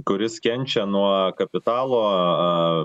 kuris kenčia nuo kapitalo